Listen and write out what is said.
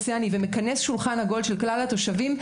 רוצה אני ומכנס שולחן עגול של כלל התושבים,